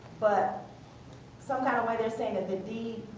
but some kind of way they're saying and the deed,